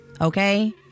Okay